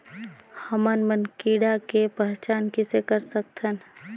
हमन मन कीट के पहचान किसे कर सकथन?